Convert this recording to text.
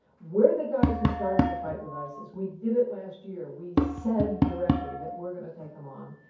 we're the guys who started the fight with isis. we did it last year. we said directly that we're going to take them on.